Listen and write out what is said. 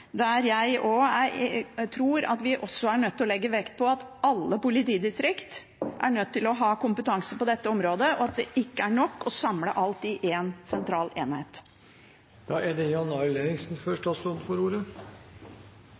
nødt til å legge vekt på at alle politidistrikt er nødt til å ha kompetanse på dette området, og at det ikke er nok å samle alt i en sentral enhet. Menneskets ondskap kjenner tidvis ingen begrensning. Derfor er